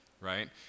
right